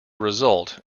result